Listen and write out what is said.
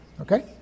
okay